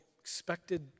Expected